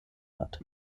hat